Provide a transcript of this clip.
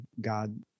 God